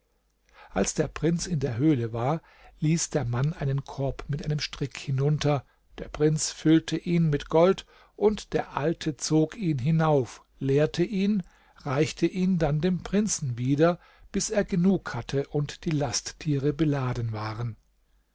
als der prinz in der höhle war ließ der mann einen korb mit einem strick hinunter der prinz füllte ihn mit gold und der alte zog ihn hinauf leerte ihn reichte ihn dann dem prinzen wieder bis er genug hatte und die lasttiere beladen waren